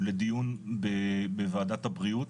לדיון בוועדת הבריאות,